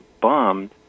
bombed